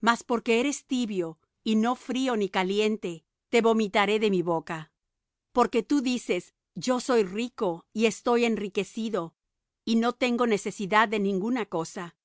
mas porque eres tibio y no frío ni caliente te vomitaré de mi boca porque tú dices yo soy rico y estoy enriquecido y no tengo necesidad de ninguna cosa